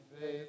faith